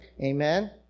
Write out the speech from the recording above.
amen